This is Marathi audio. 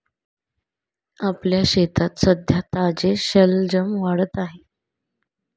आपल्या शेतात सध्या ताजे शलजम वाढत आहेत